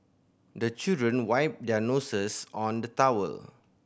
the children wipe their noses on the towel